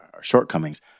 shortcomings